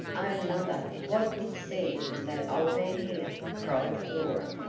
o mother! what did send that old man here? cried flora.